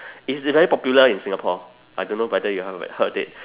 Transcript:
it's very popular in singapore I don't know whether you have heard it